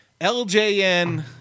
LJN